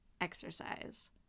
exercise